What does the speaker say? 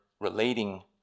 relating